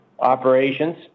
operations